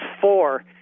four